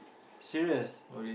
serious